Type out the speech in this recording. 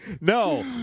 No